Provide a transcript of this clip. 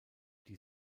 die